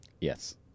Yes